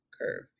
curve